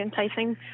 enticing